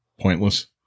pointless